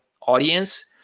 audience